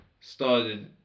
started